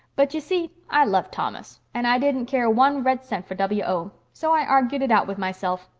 but, y'see, i loved thomas, and i didn't care one red cent for w o. so i argued it out with myself.